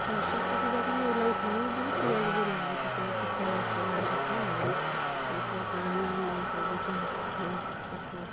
খৰচাটো কিবা কিবি ওলাওঁ ঘৰৰ বহুত কিবা কিবি লাগি থাকে এইটো খৰচ ওলাই থাকোঁ আৰু এইটো কাৰণে মই ভাবিছোঁ